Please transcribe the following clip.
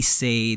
say